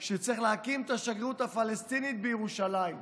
שצריך להקים את השגרירות הפלסטינית בירושלים.